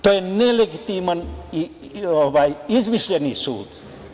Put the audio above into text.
To je nelegitiman, izmišljeni sud.